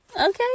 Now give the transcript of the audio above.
Okay